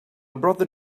brother